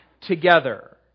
together